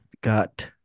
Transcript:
got